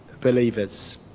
believers